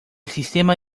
sistema